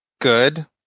good